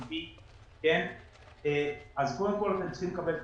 אם כן, קודם כל לקבל את